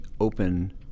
open